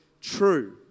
true